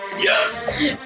Yes